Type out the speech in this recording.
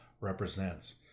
represents